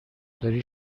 داری